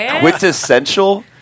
Quintessential